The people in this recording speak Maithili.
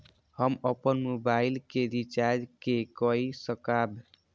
हम अपन मोबाइल के रिचार्ज के कई सकाब?